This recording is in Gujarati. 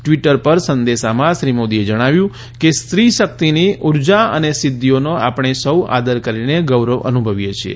ટવીટર પર સંદેશામાં શ્રી મોદીએ જણાવ્યું કે સ્ત્રીશક્તિની ઉર્જા અને સિદ્ધિઓનો આપણે સૌ આદર કરીને ગૌરવ અનુભવીએ છીએ